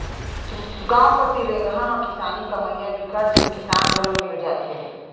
गाँव कोती रेगहा म किसानी कमइया बिकट झन किसान घलो मिल जाथे